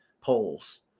polls